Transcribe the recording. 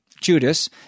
Judas